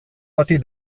bati